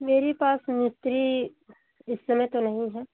मेरी पास मिस्त्री इस समय तो नही है